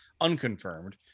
unconfirmed